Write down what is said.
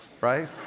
right